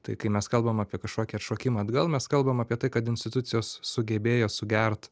tai kai mes kalbam apie kažkokį atšokimą atgal mes kalbam apie tai kad institucijos sugebėjo sugert